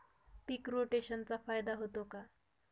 पीक रोटेशनचा फायदा होतो का?